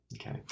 Okay